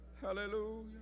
Hallelujah